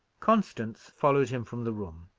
constance followed him from the room,